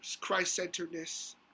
Christ-centeredness